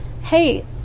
Hey